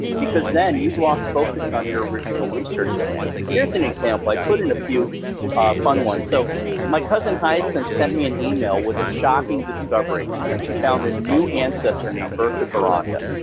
because then you've lost focus on your original research plan. here's an example, i put in a few fun ones. so my cousin hyacinth sent me an email with a shocking discovery. she found a new ancestor named bertha boronda.